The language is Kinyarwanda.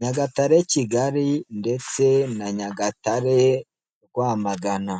Nyagatare- Kigali ndetse na Nyagatare-Rwamagana.